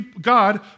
God